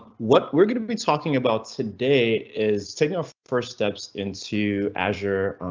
what we're going to be talking about today is taking off first steps into azure.